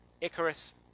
Icarus